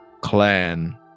clan